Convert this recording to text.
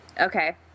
Okay